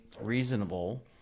reasonable